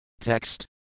Text